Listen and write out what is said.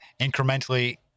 incrementally